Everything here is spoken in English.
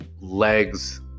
legs